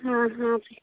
हाँ हाँ